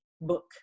book